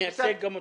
נייצג גם אותם.